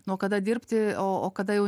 nuo kada dirbti o o kada jau